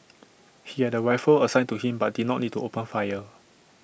he had A rifle assigned to him but did not need to open fire